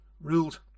ruled